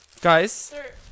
Guys